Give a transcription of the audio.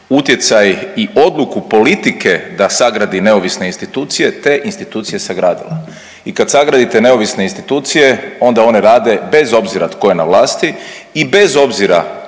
utjecaj i odluku politike da sagradi neovisne institucije te institucije sagradila i kad sagradite neovisne institucije onda one rade bez obzira tko je na vlasti i bez obzira